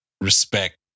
respect